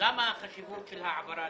למה החשיבות של ההעברה?